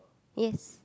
yes